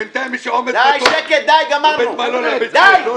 בינתיים מי שעומד בתור בבית מלון לביצים --- די,